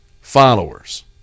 followers